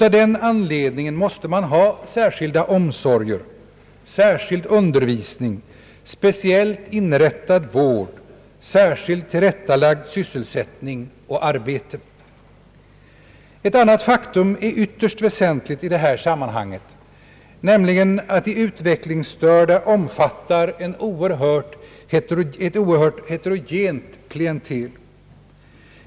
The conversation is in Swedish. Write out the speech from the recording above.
Av den anledningen behöver de särskilda omsorger, särskild undervisning, speciellt inrättad vård, sysselsättning och arbete som särskilt lagts till rätta. Ett annat faktum är ytterst väsentligt i detta sammanhang, nämligen att de utvecklingsstörda är ett oerhört heté rogent klientel.